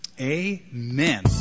amen